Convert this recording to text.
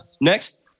next